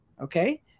Okay